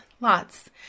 lots